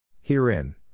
Herein